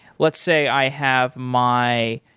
let's say i have my